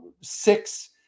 six